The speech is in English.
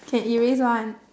can erase [one]